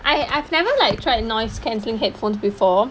I I've never like tried noise cancelling headphones before